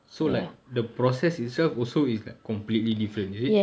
so like the process itself also is like completely different is it